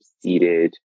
seated